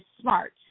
smart